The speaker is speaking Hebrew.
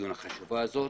החשובה הזאת.